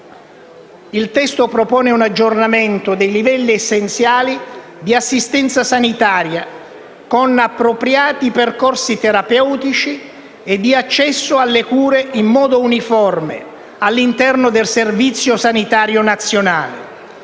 Il testo propone un aggiornamento dei livelli essenziali di assistenza sanitaria, con appropriati percorsi terapeutici e di accesso alle cure in modo uniforme, all'interno del Servizio sanitario nazionale,